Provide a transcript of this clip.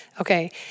Okay